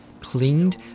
cleaned